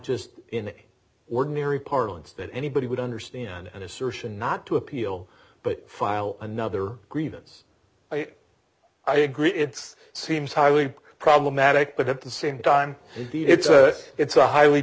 just in any ordinary parlance that anybody would understand an assertion not to appeal but file another grievance i agree it's seems highly problematic but at the same time it's a it's a highly